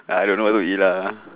I don't know what to eat lah ah !huh!